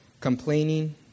complaining